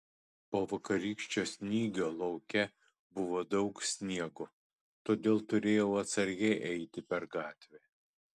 po vakarykščio snygio lauke buvo daug sniego todėl turėjau atsargiai eiti per gatvę